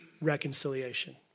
reconciliation